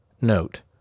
Note